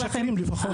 אבל לא משקרים לפחות.